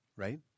right